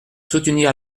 soutenir